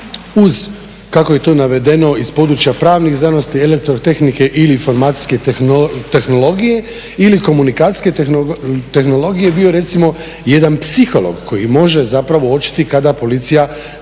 uz kako je to navedeno iz područja pravnih znanosti, elektrotehnike ili informacijske tehnologije ili komunikacijske tehnologije, bio recimo jedan psiholog koji može zapravo uočiti kada policija